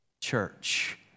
Church